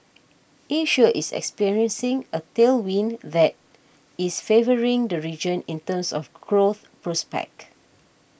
Asia is experiencing a tailwind that is favouring the region in terms of growth prospects